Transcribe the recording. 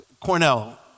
Cornell